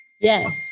Yes